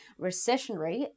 recessionary